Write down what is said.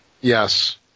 Yes